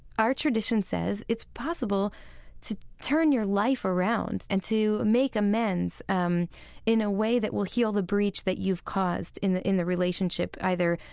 our tradition says it's possible to turn your life around and to make amends um in a way that will heal the breach that you've caused in the in the relationship, either,